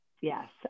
yes